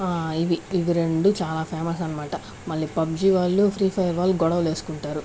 ఇవి ఇవి రెండు చాలా ఫేమస్ అన్నమాట మళ్ళీ పబ్జీ వాళ్ళు ఫ్రీ ఫైర్ వాళ్ళు గొడవలు వేసుకుంటారు